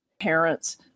parents